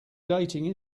dating